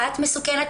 את מסוכנת,